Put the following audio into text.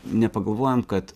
nepagalvojam kad